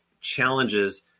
challenges